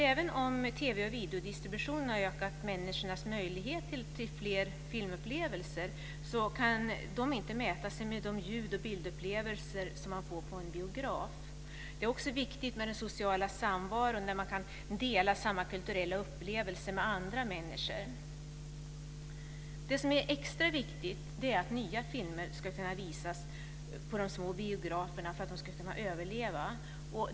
Även om TV och videodistributionen har ökat människors möjligheter till fler filmupplevelser så kan de inte mäta sig med de ljud och bildupplevelser som man får på en biograf. Den sociala samvaron är också viktig, där man kan dela samma kulturella upplevelse med andra människor. Det som är extra viktigt är att nya filmer ska kunna visas på de små biograferna - för att de ska kunna överleva.